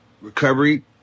recovery